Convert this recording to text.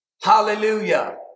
Hallelujah